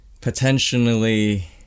potentially